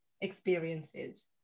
experiences